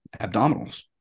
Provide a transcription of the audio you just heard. abdominals